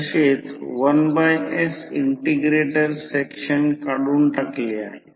तर N turn असलेल्या कॉइलमध्ये तयार झालेले emf E असे दिले जाते E N d∅dt